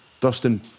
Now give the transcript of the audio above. Dustin